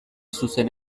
zuzen